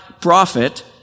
prophet